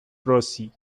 rossi